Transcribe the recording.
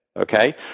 okay